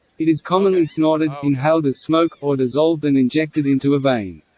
it is commonly snorted, inhaled as smoke, or dissolved and injected into a vein.